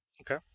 Okay